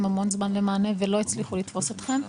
הרבה מאוד זמן למענה ולא הצליחו לתפוס אתכם.